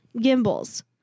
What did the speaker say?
Gimbals